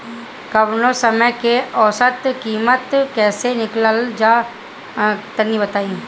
कवनो समान के औसत कीमत कैसे निकालल जा ला तनी बताई?